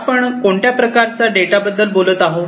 आपण कोणत्या प्रकारचा डेटा बद्दल बोलत आहोत